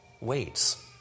waits